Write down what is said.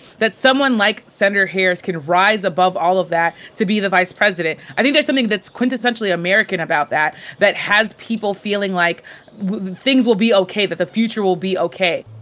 that someone like senator harris can rise above all of that to be the vice president, i think there's something that's quintessentially american about that, that has people feeling like things will be okay. that the future will be okay.